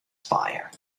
fire